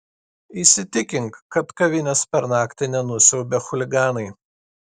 įsitikink kad kavinės per naktį nenusiaubė chuliganai